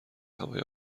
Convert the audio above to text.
هوای